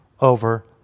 over